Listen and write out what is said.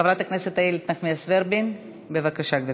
חברת הכנסת איילת נחמיאס ורבין, בבקשה, גברתי.